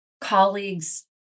colleagues